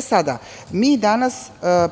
sada, mi danas